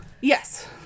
Yes